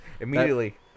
immediately